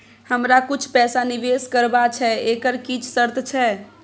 हमरा कुछ पैसा निवेश करबा छै एकर किछ शर्त छै?